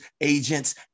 agents